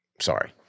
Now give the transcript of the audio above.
Sorry